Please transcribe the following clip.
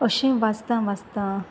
अशें वाचतां वाचतां